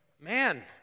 Man